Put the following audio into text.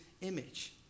image